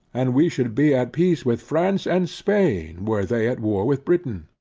and we should be at peace with france and spain were they at war with britain.